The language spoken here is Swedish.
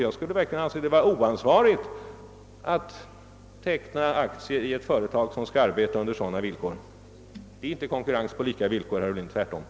Jag skulle då verkligen anse det vara oansvarigt av riksdagen att anvisa medel för teckning av aktier i ett företag som skulle arbeta under sådan förutsättningar. Det skulle innebära inte konkurrens på lika villkor, herr Ohlin — utan på mycket olika.